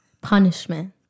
Punishment